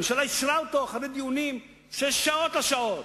הממשלה אישרה אותו אחרי דיונים של שעות על שעות.